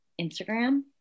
Instagram